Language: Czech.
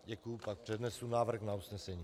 Děkuji a pak přednesu návrh na usnesení.